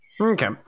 Okay